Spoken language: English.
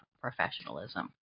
professionalism